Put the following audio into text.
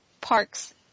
parks